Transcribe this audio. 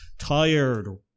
tired